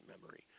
memory